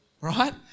right